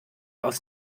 aus